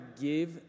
give